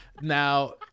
Now